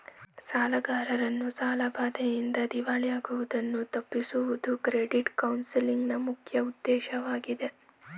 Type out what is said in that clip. ಸಾಲಗಾರರು ಸಾಲದ ಬಾಧೆಯಿಂದ ದಿವಾಳಿ ಆಗುವುದನ್ನು ತಪ್ಪಿಸುವುದು ಕ್ರೆಡಿಟ್ ಕೌನ್ಸಲಿಂಗ್ ನ ಮುಖ್ಯ ಉದ್ದೇಶವಾಗಿದೆ